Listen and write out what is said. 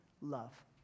love